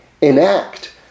enact